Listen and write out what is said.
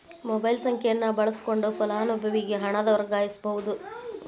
mobile ಸಂಖ್ಯೆಯನ್ನ ಬಳಸಕೊಂಡ ಫಲಾನುಭವಿಗೆ ಹಣನ ವರ್ಗಾಯಿಸಬೋದ್